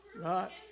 Right